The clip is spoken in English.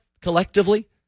collectively